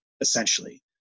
essentially